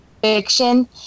fiction